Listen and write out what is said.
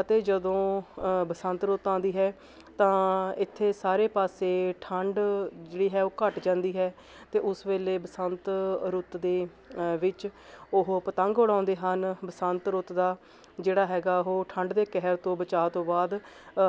ਅਤੇ ਜਦੋਂ ਬਸੰਤ ਰੁੱਤ ਆਉਂਦੀ ਹੈ ਤਾਂ ਇੱਥੇ ਸਾਰੇ ਪਾਸੇ ਠੰਡ ਜਿਹੜੀ ਹੈ ਉਹ ਘੱਟ ਜਾਂਦੀ ਹੈ ਅਤੇ ਉਸ ਵੇਲੇ ਬਸੰਤ ਰੁੱਤ ਦੇ ਵਿੱਚ ਉਹ ਪਤੰਗ ਉਡਾਉਂਦੇ ਹਨ ਬਸੰਤ ਰੁੱਤ ਦਾ ਜਿਹੜਾ ਹੈਗਾ ਉਹ ਠੰਡ ਦੇ ਕਹਿਰ ਤੋਂ ਬਚਾਅ ਤੋਂ ਬਾਅਦ